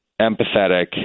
empathetic